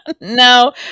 No